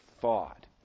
thought